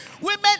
Women